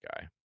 guy